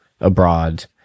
abroad